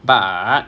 but